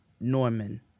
Norman